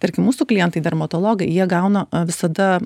tarkim mūsų klientai dermatologai jie gauna visada